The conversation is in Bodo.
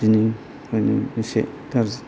बिदिनिखायनो एसे गाज्रि